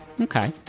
Okay